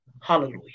Hallelujah